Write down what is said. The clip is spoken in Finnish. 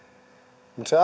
se